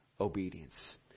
obedience